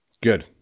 Good